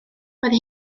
roedd